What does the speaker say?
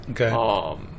okay